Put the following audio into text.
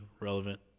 relevant